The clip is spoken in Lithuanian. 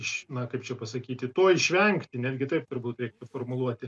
iš na kaip čia pasakyti to išvengti netgi taip turbūt reiktų formuluoti